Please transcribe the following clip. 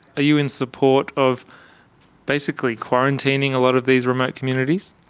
are you in support of basically quarantining a lot of these remote communities?